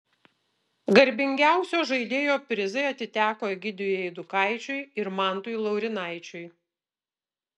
garbingiausio žaidėjo prizai atiteko egidijui eidukaičiui ir mantui laurynaičiui